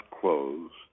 closed